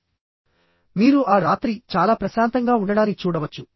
ప్రశాంతంగా ఉంటుంది మరియు మీరు ఆ రాత్రి చాలా ప్రశాంతంగా ఉండడాని చూడవచ్చు